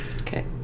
Okay